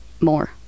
More